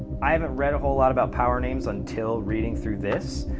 i haven't read a whole lot about power names until reading through this,